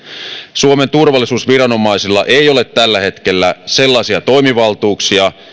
suomen turvallisuusviranomaisilla ei ole tällä hetkellä sellaisia toimivaltuuksia